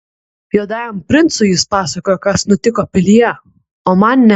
juodajam princui jis pasakojo kas nutiko pilyje o man ne